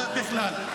הבאה בכלל.